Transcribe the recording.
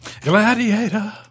Gladiator